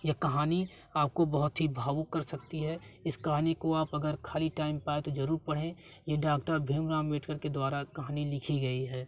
यह कहानी आपको बहुत ही भावुक कर सकती है इस कहानी को आप अगर खाली टाइम पाए तो जरूर पढ़ें ये डाक्टर भीमराव अंबेडकर के द्वारा कहानी लिखी गई है